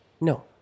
no